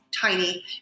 tiny